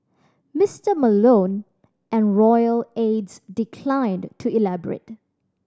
Mister Malone and royal aides declined to elaborate